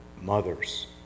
mothers